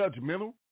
judgmental